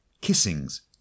Kissing's